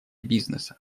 бизнеса